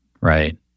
Right